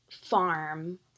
farm